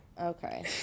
Okay